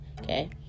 okay